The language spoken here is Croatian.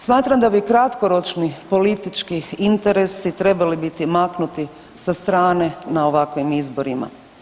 Smatram da bi kratkoročni politički interesi trebali biti maknuti sa strane na ovakvim izborima.